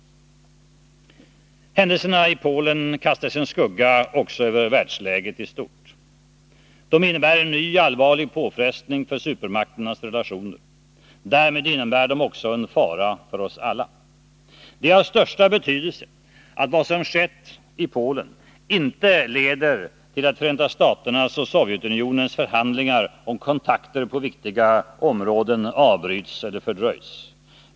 Händelserna i Polen kastar sin skugga också över världsläget i stort. De innebär en ny, allvarlig påfrestning på supermakternas relationer. Därmed innebär de också en fara för oss alla. Det är av största betydelse att vad som skett i Polen inte leder till att Förenta staternas och Sovjetunionens förhandlingar och kontakter på viktiga områden avbryts eller fördröjs.